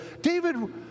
David